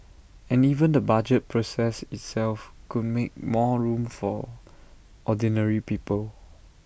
and even the budget process itself could make more room for ordinary people